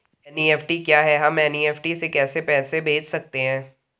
NEFT क्या है हम एन.ई.एफ.टी से कैसे पैसे भेज सकते हैं?